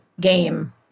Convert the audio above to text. game